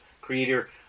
creator